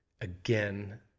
again